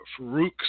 Farouk